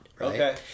Okay